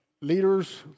leaders